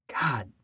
God